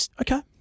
Okay